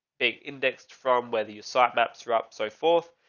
they indexed from whether you saw it, maps are up, so forth,